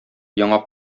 яңа